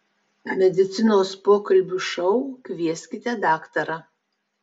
medicinos pokalbių šou kvieskite daktarą